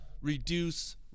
reduce